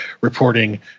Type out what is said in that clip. reporting